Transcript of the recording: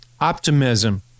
Optimism